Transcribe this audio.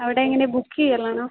അവിടെ എങ്ങനെയാണ് ബുക്ക് ചെയ്യൽ ആണോ